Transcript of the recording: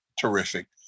terrific